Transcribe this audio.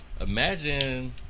imagine